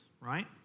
right